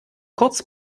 kurz